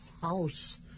House